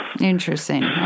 Interesting